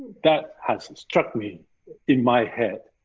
that has struck me in my head